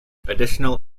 additional